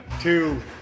two